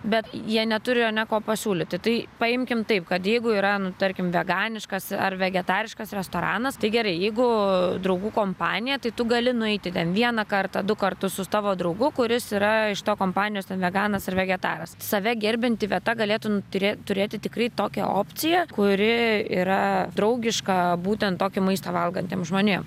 bet jie neturi neko pasiūlyti tai paimkim taip kad jeigu yra nu tarkim veganiškas ar vegetariškas restoranas tai gerai jeigu draugų kompanija tai tu gali nueiti ten vieną kartą du kartus su savo draugu kuris yra iš to kompanijos ten veganas ar vegetaras save gerbianti vieta galėtų n turė turėti tikrai tokią opciją kuri yra draugiška būtent tokį maistą valgantiems žmonėm